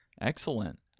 Excellent